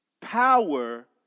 power